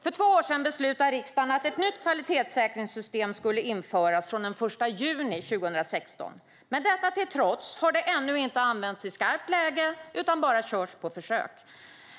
För två år sedan beslutade riksdagen att ett nytt kvalitetssäkringssystem skulle införas den 1 juni 2016. Detta har dock ännu inte använts i skarpt läge utan bara körts på försök.